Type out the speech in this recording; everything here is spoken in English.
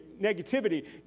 negativity